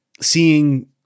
seeing